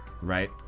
right